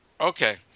Okay